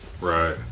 Right